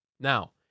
Now